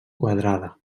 quadrada